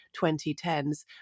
2010s